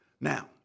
Now